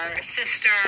sister